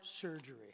surgery